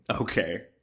Okay